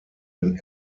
den